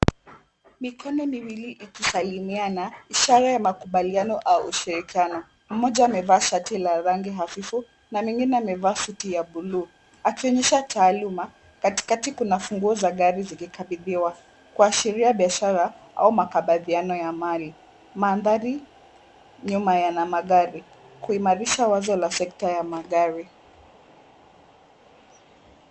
Mikono miwili ikisalimiana ishara ya makubaliano au ushirikiano. Mmoja amevaa shati la rangi hafifu na mwengine amevaa suti ya buluu akionyesha taaluma. Katikati kuna funguo za gari zikikabidhiwa kuashiria biashara au makabidhiano ya mali. Mandhari nyuma yana magari kuimarisha wazi la sekta ya magari.